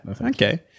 Okay